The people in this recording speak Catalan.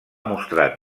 mostrar